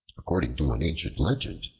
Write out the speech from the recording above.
according to an ancient legend,